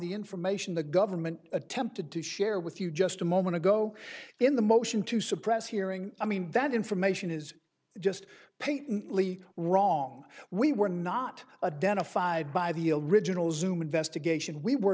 the information the government attempted to share with you just a moment ago in the motion to suppress hearing i mean that information is just plain wrong we were not a den of five by the original xoom investigation we were